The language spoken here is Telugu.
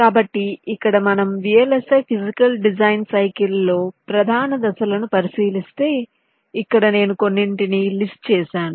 కాబట్టి ఇక్కడ మనం VLSI ఫీజికల్ డిజైన్ సైకిల్ లో ప్రధాన దశలను పరిశీలిస్తే ఇక్కడ నేను కొన్నింటిని లిస్ట్ చేసాను